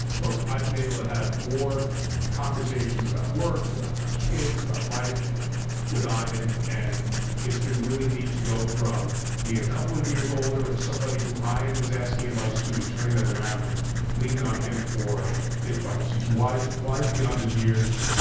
but i've been able to have more conversations about work, about our kids, about life with ian, and it's been really neat to go from being a couple of years older in somebody who ian was asking advice to to turning that around and lean on him for advice. he's wise wise beyond these years.